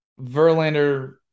Verlander